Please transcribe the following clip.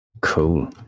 cool